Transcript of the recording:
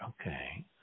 Okay